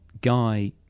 Guy